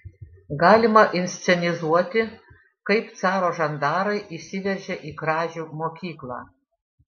galima inscenizuoti kaip caro žandarai įsiveržia į kražių mokyklą